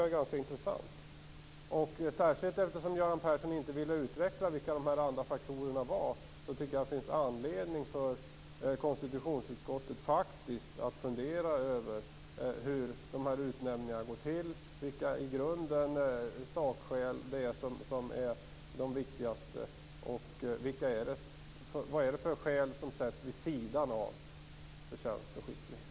Det är ganska intressant. Särskilt som Göran Persson inte ville utveckla vilka de andra faktorerna var finns det anledning för konstitutionsutskottet att fundera över hur dessa utnämningar går till och vilka sakskäl som är de viktigaste. Vad är det för skäl som är avgörande vid sidan av förtjänst och skicklighet?